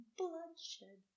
bloodshed